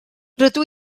rydw